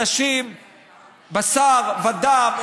אנשים בשר ודם,